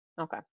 okay